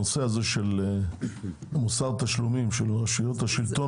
הנושא של מוסר תשלומים של רשויות השלטון